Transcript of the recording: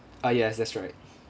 uh yes that's right